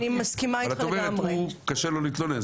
אבל את אומרת הוא קשה לו להתלונן.